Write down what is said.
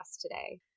today